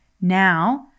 Now